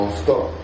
stop